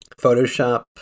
Photoshop